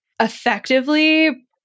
effectively